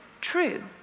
true